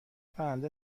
پرنده